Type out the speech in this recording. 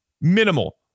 Minimal